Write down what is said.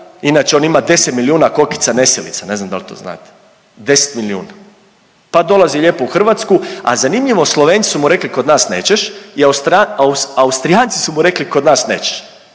inače on ima 10 milijuna kokica nesilica ne znam da li to znate, 10 milijuna, pa dolazi lijepo u Hrvatsku, a zanimljivo Slovenci su mu rekli kod nas nećeš i Austrijanci su mu rekli kod nas nećeš.